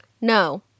No